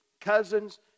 cousins